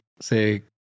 say